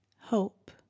Hope